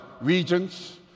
regions